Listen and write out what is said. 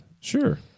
Sure